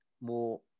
more